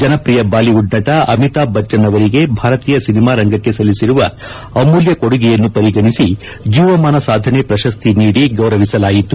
ಜನಪ್ರಿಯ ಬಾಲಿವುಡ್ ನಟ ಅಮಿತಾಬ್ ಬಚ್ಹನ್ ಅವರಿಗೆ ಭಾರತೀಯ ಸಿನಿಮಾ ರಂಗಕ್ಷೆ ಸಲ್ಲಿಸಿರುವ ಅಮೂಲ್ಯ ಕೊಡುಗೆಯನ್ನು ಪರಿಗಣಿಸಿ ಜೀವಮಾನ ಸಾಧನೆ ಪ್ರಶಸ್ತಿ ನೀಡಿ ಗೌರವಿಸಲಾಯಿತು